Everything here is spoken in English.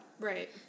Right